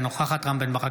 אינה נוכחת רם בן ברק,